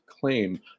claim